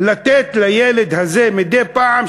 לתת לילד הזה מדי פעם,